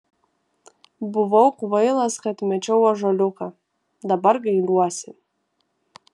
buvau kvailas kad mečiau ąžuoliuką dabar gailiuosi